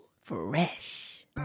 Fresh